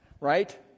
right